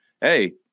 hey